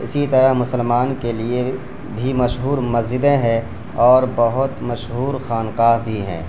اسی طرح مسلمان کے لیے بھی مشہور مسجدیں ہیں اور بہت مشہور خانقاہ بھی ہیں